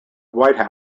white